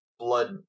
Blood